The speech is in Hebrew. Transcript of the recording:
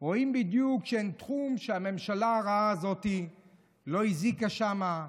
רואים בדיוק שאין תחום שהממשלה הרעה הזאת לא הזיקה שם.